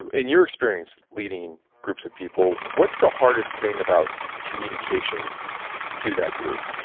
and in your experience leading groups of people, what's the hardest thing about communication to that group?